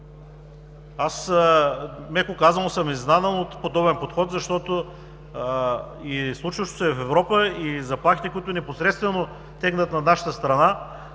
Аз, меко казано, съм изненадан от подобен подход, защото случващото се в Европа и заплахите, които непосредствено тегнат над нашата страна,